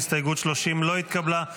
הסתייגות 30 לא התקבלה.